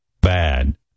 bad